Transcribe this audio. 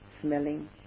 smelling